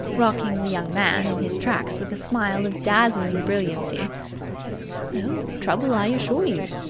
rocking the young man in his tracks with a smile of dazzling brilliancy no trouble, i assure you,